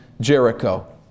Jericho